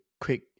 quick